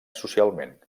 socialment